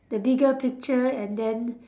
the bigger picture and then